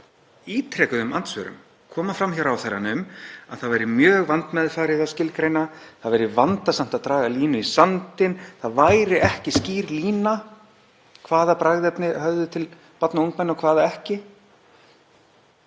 ítrekuðum andsvörum að það væri mjög vandmeðfarið að skilgreina, það væri vandasamt að draga línu í sandinn, það væri ekki skýr lína hvaða bragðefni höfðuðu til barna og ungmenna og hver ekki.